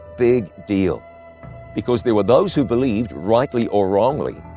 big deal because there were those who believed, rightly or wrongly,